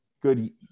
good